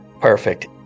perfect